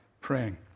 praying